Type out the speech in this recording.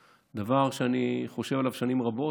זה דבר שאני חושב עליו שנים רבות,